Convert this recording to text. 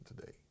today